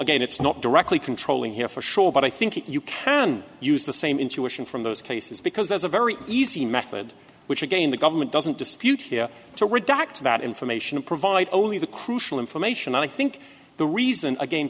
again it's not directly controlling here for sure but i think you can use the same intuition from those cases because there's a very easy method which again the government doesn't dispute here to redact that information and provide only the crucial information i think the reason aga